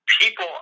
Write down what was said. People